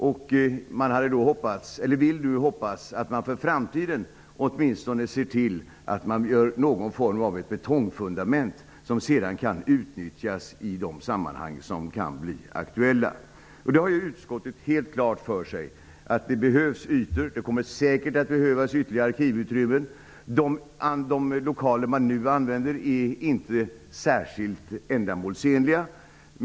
Man kan bara hoppas att det inför framtiden görs någon form av betongfundament som sedan kan utnyttjas i de sammanhang som kan bli aktuella. Utskottet har helt klart för sig att det behövs ytor. Det kommer säkert att behövas ytterligare arkivutrymmen. De lokaler man nu använder är inte särskilt ändamålsenliga.